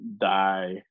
die